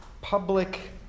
public